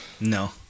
No